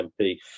MP